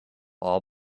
all